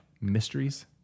Mysteries